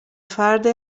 فرد